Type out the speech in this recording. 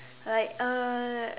like uh